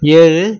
ஏழு